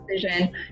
decision